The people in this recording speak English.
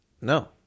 No